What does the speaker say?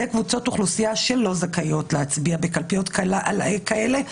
קבוצות אוכלוסייה שלא זכאיות להצביע בקלפיות כאלה.